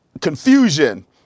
confusion